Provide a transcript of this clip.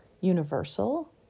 universal